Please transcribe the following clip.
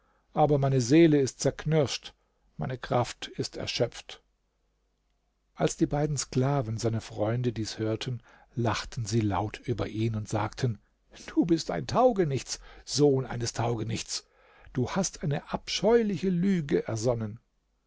aber meine seele ist zerknirscht meine kraft ist erschöpft als die beiden sklaven seine freunde dies hörten lachten sie laut über ihn und sagten du bist ein taugenichts sohn eines taugenichts du hast eine abscheuliche lüge ersonnen